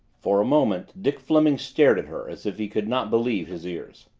for a moment dick fleming stared at her as if he could not believe his ears.